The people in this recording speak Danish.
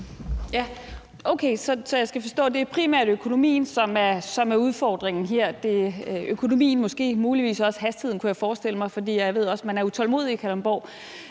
Okay. Så jeg skal forstå, at det primært er økonomien, som er udfordringen her. Det er økonomien, måske muligvis også hastigheden, kunne jeg forestille mig, for jeg ved også, at man er utålmodig i Kalundborg.